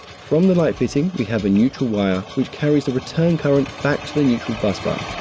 from the light fitting we have a neutral wire which carries the return current back to the neutral bus bar.